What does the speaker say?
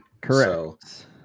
Correct